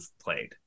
played